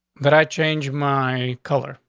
but i change my color.